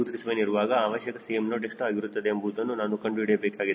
237 ಇರುವಾಗ ಅವಶ್ಯಕ Cm0 ಎಷ್ಟು ಆಗಿರುತ್ತದೆ ಎಂಬುದನ್ನು ನಾನು ಕಂಡುಹಿಡಿಯಬೇಕಾಗಿದೆ